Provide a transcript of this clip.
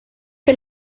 que